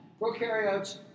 prokaryotes